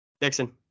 Dixon